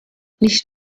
nicht